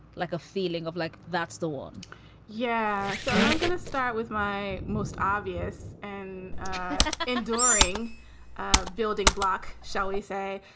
like a feeling of like that's the one yeah. so i'm gonna start with my most obvious and enduring ah building block, shall we say,